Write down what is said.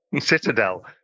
Citadel